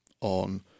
on